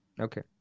Okay